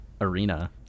arena